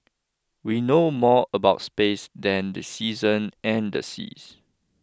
we know more about space than the seasons and the seas